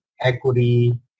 equity